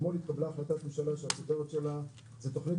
אתמול התקבלה החלטת ממשלה שהכותרת שלה היא "תוכנית